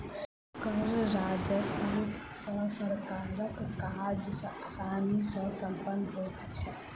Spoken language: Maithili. कर राजस्व सॅ सरकारक काज आसानी सॅ सम्पन्न होइत छै